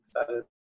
Excited